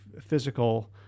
physical